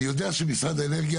אני יודע שפניו של משרד האנרגיה